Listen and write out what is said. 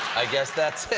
i guess that's it.